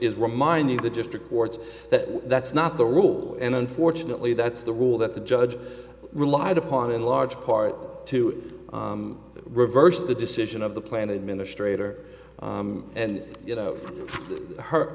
is reminding the district courts that that's not the rule and unfortunately that's the rule that the judge relied upon in large part to reverse the decision of the plan administrator and you know her